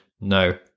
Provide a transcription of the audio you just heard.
No